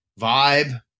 vibe